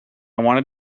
wanted